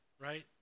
right